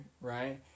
right